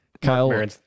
Kyle